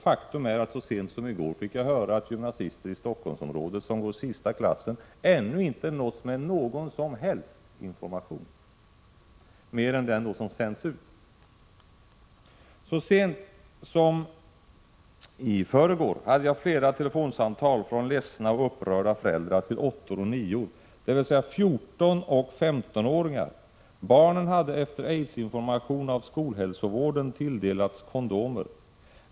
Faktum är att jag så sent som i går fick höra att ungdomar i Stockholmsområdet som går i sista klassen i gymnasieskolan ännu inte nåtts med någon som helst information, utöver den som sänts ut. Så sent som i förrgår hade jag flera telefonsamtal från ledsna och upprörda föräldrar till 8:or och 9:or, dvs. 14 och 15-åringar. Barnen hade efter aidsinformation av skolhälsovården tilldelats kondomer.